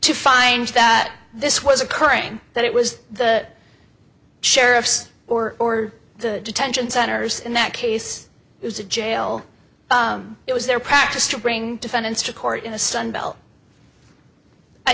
to find that this was occurring that it was the sheriff's or the detention centers in that case it was a jail it was their practice to bring defendants to court in the sunbelt i